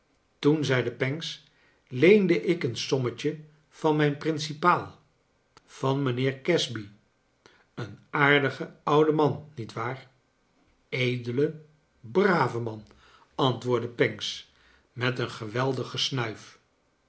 toen zeide pancks leende ik een sommetje van mijn principaal van mijnheer casby een aardige oude man nietwaar j edele brave man antwoor dde pancks met een geweldig